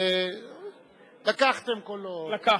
זה "לקחתם קולות" לקחתם.